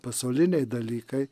pasauliniai dalykai